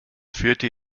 führte